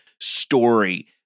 story